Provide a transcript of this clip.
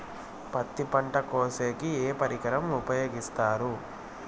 పత్తి పంట కోసేకి ఏ పరికరం ఉపయోగిస్తారు?